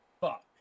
fuck